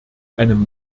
einem